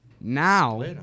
now